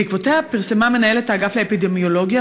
בעקבות זאת פרסמה מנהלת האגף לאפידמיולוגיה